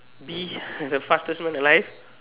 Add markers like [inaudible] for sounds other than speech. be [laughs] the fastest man alive